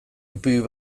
ipuin